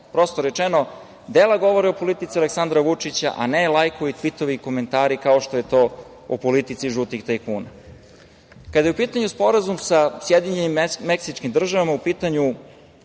mestu. Prosto rečeno, dela govore o politici Aleksandra Vučića, a ne lajkovi, tvitovi i komentari kao što je to u politici žutih tajkuna. Kada je u pitanju Sporazum sa Sjedinjenim Meksičkim Državama, u pitanju